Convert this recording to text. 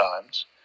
times